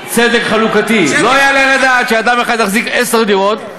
אתם לא יודעים של מי הדירות האלה.